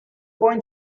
going